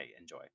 enjoy